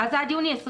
אז עד יוני 2020,